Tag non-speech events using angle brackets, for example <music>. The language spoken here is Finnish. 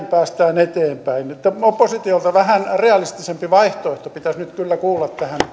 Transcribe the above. <unintelligible> päästään eteenpäin että oppositiolta vähän realistisempi vaihtoehto pitäisi nyt kyllä kuulla tähän